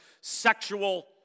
sexual